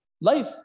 life